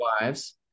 wives